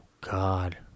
god